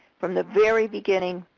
from the very beginning,